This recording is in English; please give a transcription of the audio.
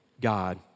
God